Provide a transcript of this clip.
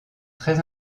très